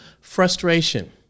frustration